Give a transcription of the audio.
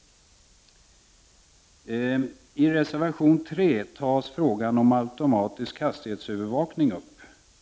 I reservation 3 tas frågan om automatisk hastighetsövervakning upp.